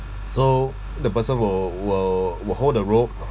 so the person will will will hold the rope